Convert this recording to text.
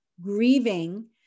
grieving